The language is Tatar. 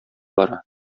бара